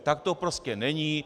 Tak to prostě není.